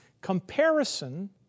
comparison